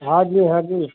हाँ जी हाँ जी